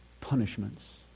punishments